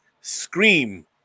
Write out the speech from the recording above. scream